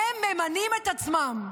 הם ממנים את עצמם.